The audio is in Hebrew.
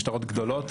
משטרות גדולות,